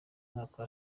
mwaka